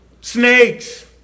snakes